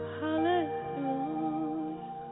Hallelujah